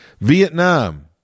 Vietnam